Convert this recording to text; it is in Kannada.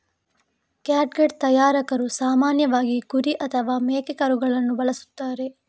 ಕ್ಯಾಟ್ಗಟ್ ತಯಾರಕರು ಸಾಮಾನ್ಯವಾಗಿ ಕುರಿ ಅಥವಾ ಮೇಕೆಕರುಳನ್ನು ಬಳಸುತ್ತಾರೆ